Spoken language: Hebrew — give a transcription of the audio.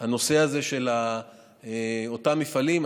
והנושא הזה של אותם מפעלים,